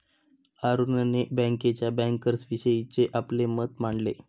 अरुणने बँकेच्या बँकर्सविषयीचे आपले मत मांडले